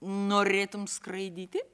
norėtum skraidyti